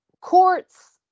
courts